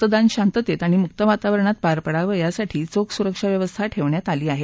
मतदान शांततेत आणि मुक्त वातावरणात पार पडावं यासाठी चोख सुरक्षा व्यवस्था ठेवण्यात आली आहे